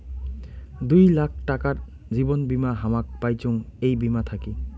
দুই লাখ টাকার জীবন বীমা হামাক পাইচুঙ এই বীমা থাকি